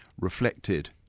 reflected